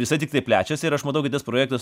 jisai tiktai plečiasi ir aš matau kad tas projektas